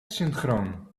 synchroon